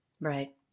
Right